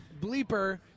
Bleeper